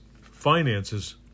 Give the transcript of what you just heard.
finances